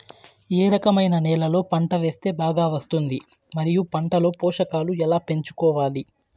ఏ రకమైన నేలలో పంట వేస్తే బాగా వస్తుంది? మరియు పంట లో పోషకాలు ఎలా పెంచుకోవాలి?